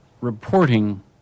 reporting